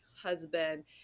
husband